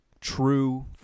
true